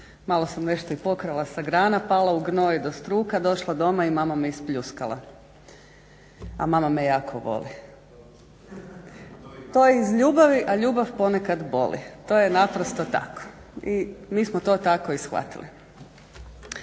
malo sam nešto i pokrala sa grana, pala u gnoj do struka, došla doma i mama me ispljuskala, a mama me jako voli. To je iz ljubavi, a ljubav ponekad boli. To je naprosto tako i mi smo to tako i shvatili.